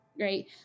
right